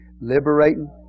liberating